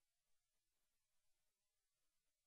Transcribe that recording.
אתה מבקש שאני אסרטט קו